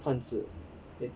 汉字 eh